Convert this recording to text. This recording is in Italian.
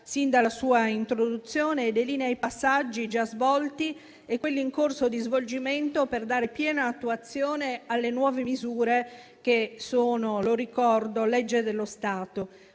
sin dalla sua introduzione e delinea i passaggi già svolti e quelli in corso di svolgimento per dare piena attuazione alle nuove misure che sono - lo ricordo - legge dello Stato.